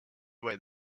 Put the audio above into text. away